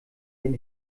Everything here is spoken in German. den